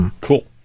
Cool